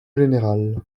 générale